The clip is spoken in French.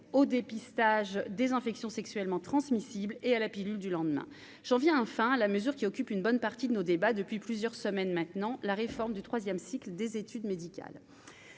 au dépistage des infections sexuellement transmissibles et à la pilule du lendemain, j'en viens enfin la mesure qui occupe une bonne partie de nos débats depuis plusieurs semaines maintenant, la réforme du 3ème cycle des études médicales